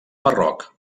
marroc